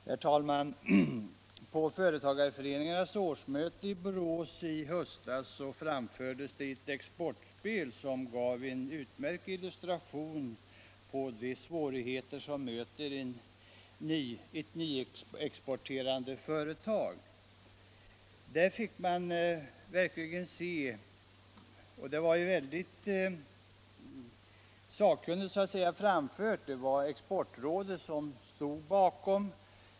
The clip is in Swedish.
Herr talman! På företagareföreningarnas årsmöte i Borås i höstas framfördes ett exportspel, som var en utmärkt illustration av de svårigheter som möter ett företag som är nytt på exportmarknaden. Spelet var väldigt sakkunnigt framfört: det var Exportrådet som stod bakom.